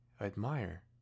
admire